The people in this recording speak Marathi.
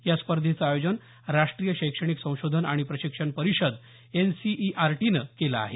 या स्पर्धेचं आयोजन राष्ट्रीय शैक्षणिक संशोधन आणि प्रशिक्षण परीषद एनसीईआरटीनं केलं आहे